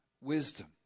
wisdom